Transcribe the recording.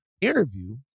interview